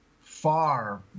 far